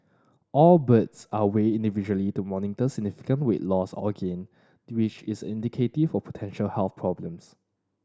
all birds are weighed individually to monitor significant weight loss or gain which is indicative of potential health problems